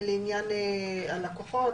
לעניין הלקוחות,